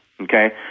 Okay